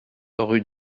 rue